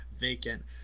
vacant